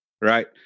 Right